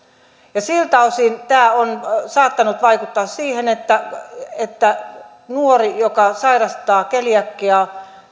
siltä osin tämä on saattanut vaikuttaa siihen että että nuori joka sairastaa keliakiaa